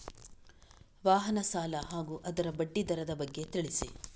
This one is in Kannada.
ವಾಹನ ಸಾಲ ಹಾಗೂ ಅದರ ಬಡ್ಡಿ ದರದ ಬಗ್ಗೆ ತಿಳಿಸಿ?